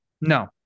No